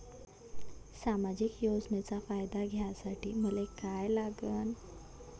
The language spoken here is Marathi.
सामाजिक योजनेचा फायदा घ्यासाठी मले काय लागन?